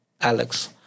Alex